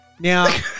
Now